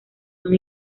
son